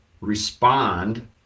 respond